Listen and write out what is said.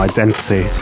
Identity